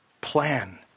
plan